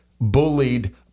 bullied